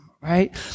right